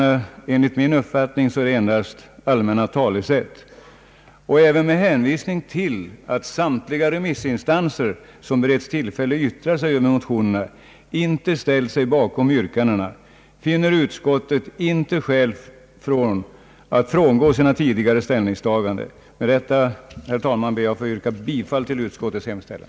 Enligt min åsikt rymmer de endast allmänna talesätt. Med hänsyn till att samtliga remissinstanser som beretts tillfälle att yttra sig över motionerna inte ställt sig bakom yrkandena, finner utskottet inte skäl att frångå sina tidigare ställningstaganden. Med dessa ord, herr talman, ber jag att få yrka bifall till utskottets hemställan.